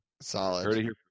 Solid